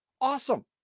Awesome